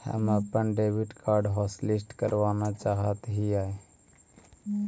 हम अपन debit card hotlist करावाना चाहा हियई